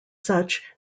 such